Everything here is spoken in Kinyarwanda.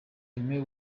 aime